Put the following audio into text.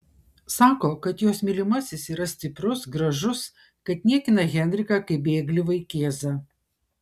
sako kad jos mylimasis yra stiprus gražus kad niekina henriką kaip bėglį vaikėzą